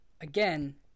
again